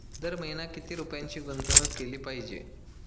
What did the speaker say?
दर महिना किती रुपयांची गुंतवणूक केली पाहिजे?